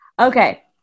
Okay